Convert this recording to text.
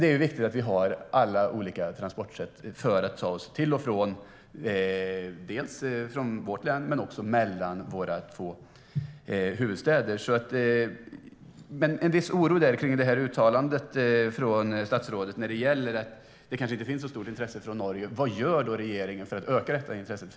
Det är viktigt att vi har alla de olika transportsätten för att ta oss till och från dels Värmland, dels mellan våra två huvudstäder. Jag känner en viss oro kring uttalandet från statsrådet om att det kanske inte finns ett så stort intresse från Norge. Vad gör då regeringen för att öka detta intresse?